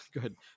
Good